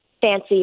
fancy